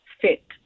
fit